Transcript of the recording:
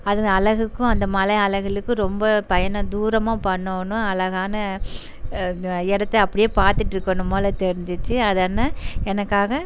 அது அழகுக்கும் அந்த மலை அழகுளுக்கும் ரொம்ப பயணம் தூரமாக பண்ணணும் அழகான இடத்த அப்படியே பார்த்துட்டு இருக்கணும் போல தெரிஞ்சிச்சு அதான்ன எனக்காக